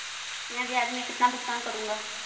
मैं ब्याज में कितना भुगतान करूंगा?